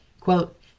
Quote